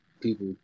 people